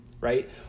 right